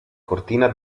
cortina